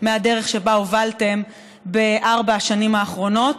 מהדרך שבה הובלתם בארבע השנים האחרונות.